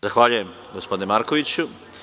Zahvaljujem, gospodine Markoviću.